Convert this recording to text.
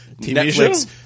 Netflix